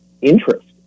interest